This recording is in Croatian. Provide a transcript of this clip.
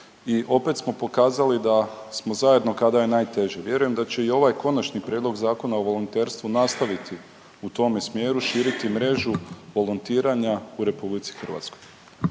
i opet smo pokazali da smo zajedno kada je najteže. Vjerujem da će i ovaj Konačni prijedlog Zakona o volonterstvu nastaviti u tome smjeru širiti mrežu volontiranja u RH.